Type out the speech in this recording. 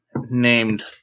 named